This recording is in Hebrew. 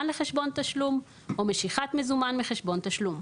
לחשבון תשלום או משיכת מזומן מחשבון תשלום.".